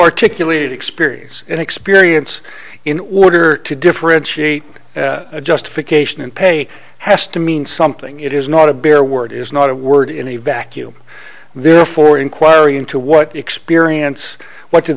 articulated experience and experience in order to differentiate a justification and pay has to mean something it is not a beer word is not a word in a vacuum therefore inquiry into what experience what d